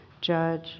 judge